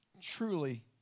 truly